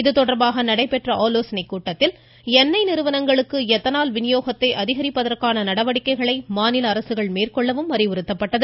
இதுதொடர்பாக நடைபெற்ற நிறுவனங்களுக்கு எத்தனால் வினியோகத்தை அதிகரிப்பதற்கான நடவடிக்கைகளை மாநில அரசுகள் மேற்கொள்ளவும் அறிவுறுத்தப்பட்டது